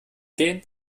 gehen